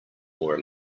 nor